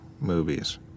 movies